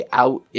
out